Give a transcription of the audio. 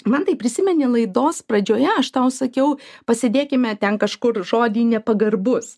mantai prisimeni laidos pradžioje aš tau sakiau pasidėkime ten kažkur žodį nepagarbus